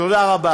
תודה רבה.